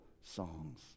songs